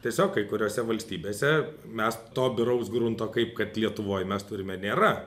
tiesiog kai kuriose valstybėse mes to biraus grunto kaip kad lietuvoj mes turime nėra